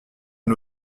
une